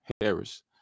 Harris